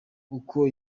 uko